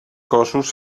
cossos